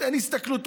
ההסתכלות.